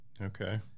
okay